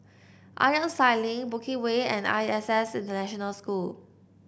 Ironside Link Bukit Way and I S S International School